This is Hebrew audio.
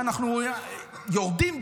כשאנחנו יורדים,